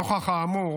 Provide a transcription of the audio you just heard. נוכח האמור